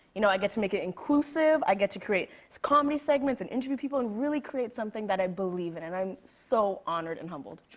you know, i get to make it inclusive, i get to create comedy segments and interview people and really create something that i believe in. and i'm so honored and humbled.